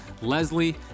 leslie